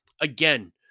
Again